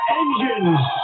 engines